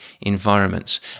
environments